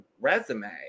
resume